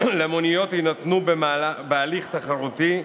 למוניות יינתנו בהליך תחרותי,